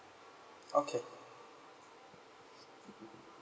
okay